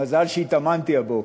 מזל שהתאמנתי הבוקר.